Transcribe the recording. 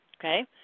Okay